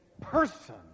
person